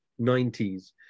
90s